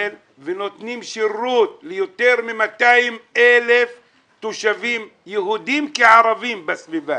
ונותנים שירות ליותר מ-200,000 תושבים יהודים כערבים בסביבה